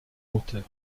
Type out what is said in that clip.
hauteur